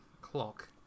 Clock